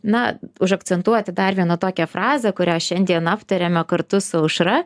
na užakcentuoti dar vieną tokią frazę kurią šiandien aptarėme kartu su aušra